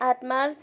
आठ मार्च